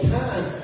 time